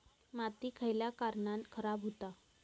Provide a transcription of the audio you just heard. माती खयल्या कारणान खराब हुता?